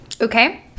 okay